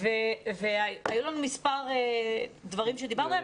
היו לנו מספר דברים שדיברנו עליהם,